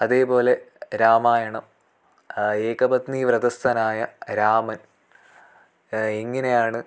അതേപോലെ രാമായണം ഏക പത്നീ വ്രതസ്ഥനായ രാമൻ എങ്ങിനെയാണ്